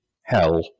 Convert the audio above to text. hell